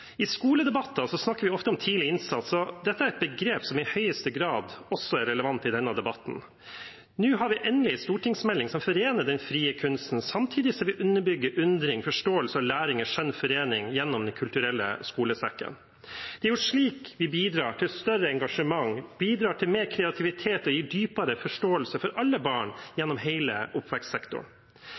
I skoledebatter snakker vi ofte om tidlig innsats. Dette er et begrep som i høyeste grad også er relevant i denne debatten. Nå har vi endelig en stortingsmelding som forener den frie kunsten med underbygging av undring, forståelse og læring i skjønn forening gjennom Den kulturelle skolesekken. Det er slik vi bidrar til større engasjement, bidrar til mer kreativitet og gir en dypere forståelse for alle barn i hele oppvekstsektoren.